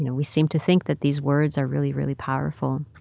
you know we seem to think that these words are really, really powerful.